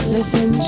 Listen